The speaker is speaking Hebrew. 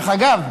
דרך אגב,